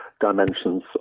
dimensions